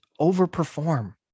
overperform